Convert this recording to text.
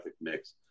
mix